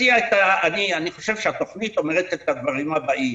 אני חושב שהתוכנית אומרת את הדברים הבאים: